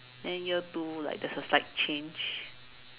then year two like there's a slight change